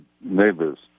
neighbors